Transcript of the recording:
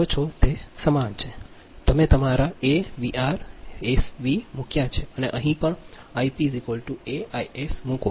કરો છો તે સમાન છે તમે તમારા એ વીસૌર એ વી મૂક્યા અને અહીં પણ Ip A Is મૂકો